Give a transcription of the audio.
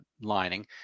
lining